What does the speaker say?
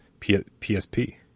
PSP